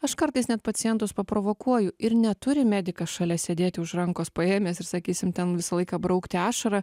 aš kartais net pacientus paprovokuoju ir neturi medikas šalia sėdėti už rankos paėmęs ir sakysim ten visą laiką braukti ašarą